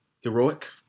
heroic